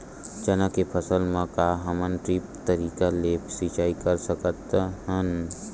चना के फसल म का हमन ड्रिप तरीका ले सिचाई कर सकत हन?